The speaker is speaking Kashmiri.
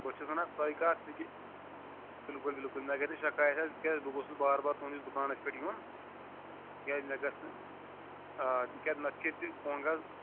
بہٕ چھُس وَنان سۄے کَتھ تِکیٛازِ بِلکُل بِلکُل مےٚ گژھِ نہٕ شکایت حظ تِکیٛازِ بہٕ گوٚژھُس بار بار تُہٕنٛدِس دُکانَس پٮ۪ٹھ یُن تِکیٛازِ مےٚ گژھِ نہٕ آ تِکیٛازِ نَتہٕ چھِ ییٚتہِ کۄنٛگ حظ